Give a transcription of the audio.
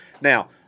Now